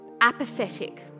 apathetic